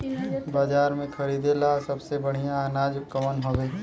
बाजार में खरदे ला सबसे बढ़ियां अनाज कवन हवे?